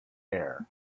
air